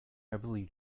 heavily